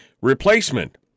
replacement